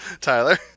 Tyler